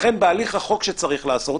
לכן בהליך החוק שצריך לעשות